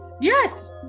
Yes